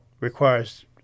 requires